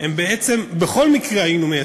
בעצם בכל מקרה היינו,